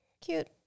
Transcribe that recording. Cute